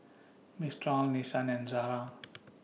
Mistral Nissan and Zara